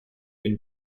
been